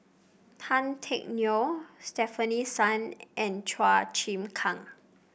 Tan Teck Neo Stefanie Sun and Chua Chim Kang